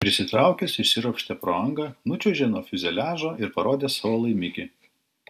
prisitraukęs išsiropštė pro angą nučiuožė nuo fiuzeliažo ir parodė savo laimikį